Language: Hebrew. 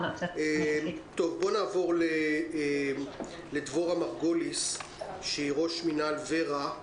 נעבור לדבורה מרגוליס ראש מינהל ור"ה,